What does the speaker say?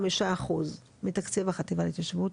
75% מתקציב החטיבה להתיישבות